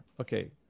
Okay